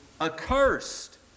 accursed